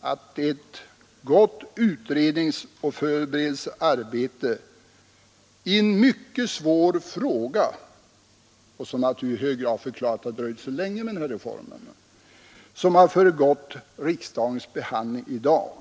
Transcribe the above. att det är ett gott utredningsoch förberedelsearbete i en mycket svår fråga — vilket naturligtvis i hög grad förklarar att det har dröjt så länge med reformen — som har föregått riksdagens behandling i dag.